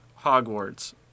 Hogwarts